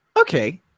okay